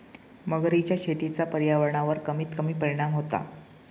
मगरीच्या शेतीचा पर्यावरणावर कमीत कमी परिणाम होता